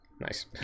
Nice